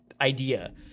idea